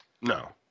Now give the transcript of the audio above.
No